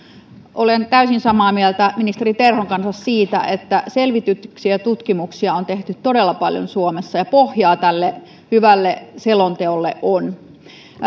olen täysin samaa mieltä ministeri terhon kanssa siitä että selvityksiä ja tutkimuksia on tehty todella paljon suomessa ja pohjaa tälle hyvälle selonteolle on